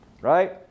Right